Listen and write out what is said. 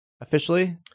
officially